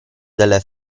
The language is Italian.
delle